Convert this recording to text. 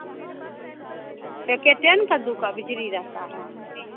बिकरी रहता है